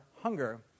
hunger